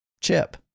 chip